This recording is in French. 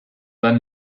van